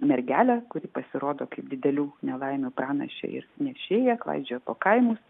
mergelę kuri pasirodo kaip didelių nelaimių pranašė ir nešėja klaidžioja po kaimus